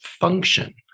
function